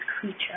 creature